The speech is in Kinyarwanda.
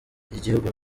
y’igihugu